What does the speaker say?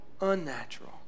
unnatural